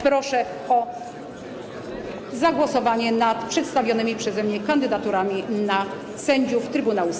Proszę o zagłosowanie nad przedstawionymi przeze mnie kandydaturami na sędziów Trybunału Stanu.